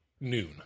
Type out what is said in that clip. noon